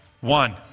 One